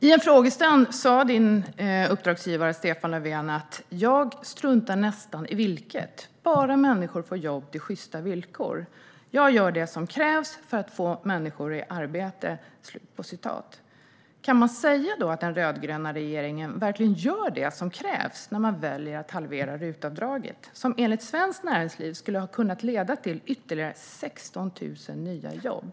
I en frågestund sa din uppdragsgivare, Stefan Löfven: Jag struntar nästan i vilket, bara människor får jobb till sjysta villkor. Jag gör det som krävs för att få människor i arbete. Kan man säga att den rödgröna regeringen verkligen gör det som krävs när man väljer att halvera RUT-avdraget, som enligt Svenskt Näringsliv skulle ha kunnat leda till ytterligare 16 000 nya jobb?